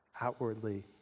outwardly